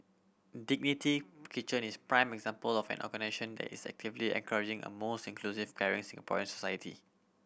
Dignity Kitchen is a prime example of an organisation that is actively encouraging a more inclusive caring Singaporean society